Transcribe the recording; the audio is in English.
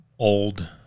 Old